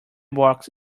box